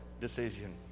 decision